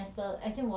so